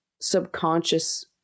subconscious